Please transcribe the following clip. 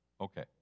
Okay